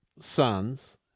sons